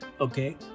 Okay